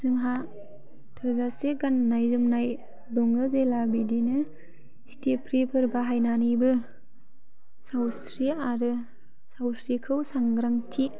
जोंहा थोजासे गाननाय जोमनाय दङो जेला बिदिनो सिथिफ्रिफोर बाहायनानैबो सावस्रि आरो सावस्रिखौ सांग्रांथि